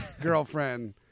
Girlfriend